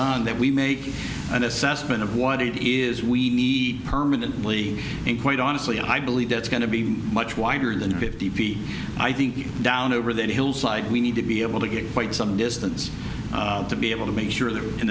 done that we make an assessment of what it is we need permanently and quite honestly i believe that's going to be much wider than fifty p i think down over that hillside we need to be able to get quite some distance to be able to make sure that